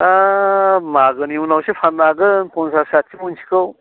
दा माघोनि उनावसो फाननो हागोन फनसाच साथि मनसोखौ